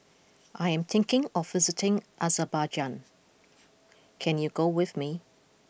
I am thinking of visiting Azerbaijan can you go with me